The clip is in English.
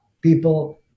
People